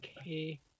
Okay